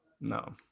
No